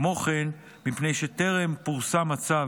כמו כן, מפני שטרם פורסם הצו